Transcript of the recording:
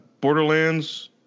Borderlands